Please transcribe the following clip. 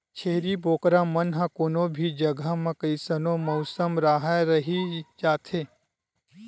छेरी बोकरा मन ह कोनो भी जघा म कइसनो मउसम राहय रहि जाथे तेखर सेती एकर पोसई जादा करे जाथे